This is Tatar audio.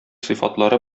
сыйфатлары